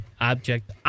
object